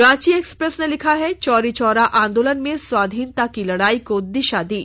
Ranchi express ने लिखा है चौरी चौरा आंदोलन में स्वाधीनता की लड़ाई को दिशा दी